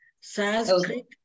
Sanskrit